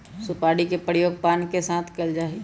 सुपारी के प्रयोग पान के साथ कइल जा हई